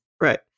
Right